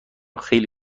خیلی